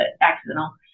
accidental